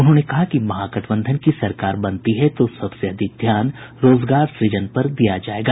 उन्होंने कहा कि महागठबंधन की सरकार बनती है तो सबसे अधिक ध्यान रोजगार सुजन पर दिया जायेगा